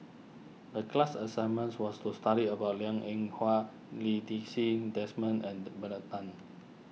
the class assignment was to study about Liang Eng Hwa Lee Ti Seng Desmond and Bernard Tan